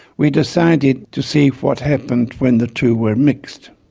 we decided to see what happened when the two were mixed.